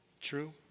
True